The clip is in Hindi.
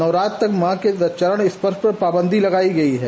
नवरात्रि तक मॉ के चरण स्पर्ष पर पाबंदी लगाई गई है